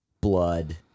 blood